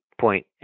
point